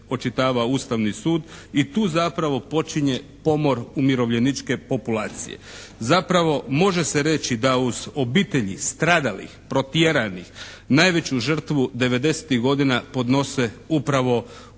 očitava Ustavni sud i tu zapravo počinje pomor umirovljeničke populacije. Zapravo može se reći da uz obitelji stradalih, protjeranih, najveću žrtvu devedesetih godina podnose upravo